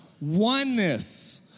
oneness